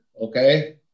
okay